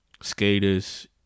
skaters